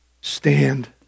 Stand